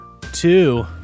Two